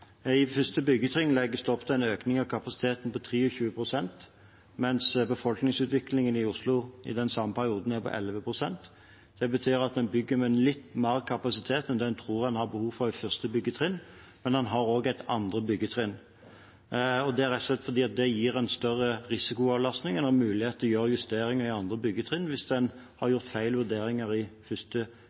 I første byggetrinn legges det opp til en økning av kapasiteten på 23 pst., mens befolkningsutviklingen i Oslo i den samme perioden er på 11 pst. Det betyr at en bygger med litt mer kapasitet enn det en tror en har behov for i første byggetrinn, men en har også et andre byggetrinn. Det er rett og slett fordi det gir en større risikoavlastning; en har mulighet til å gjøre justeringer i andre byggetrinn hvis en har vurdert feil i første